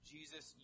Jesus